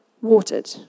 watered